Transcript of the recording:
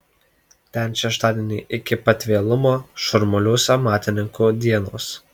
ten šeštadienį iki pat vėlumo šurmuliuos amatininkų dienos